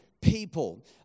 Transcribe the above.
people